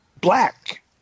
black